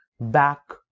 back